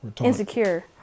Insecure